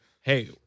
Hey